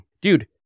Dude